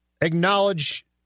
acknowledge